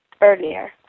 earlier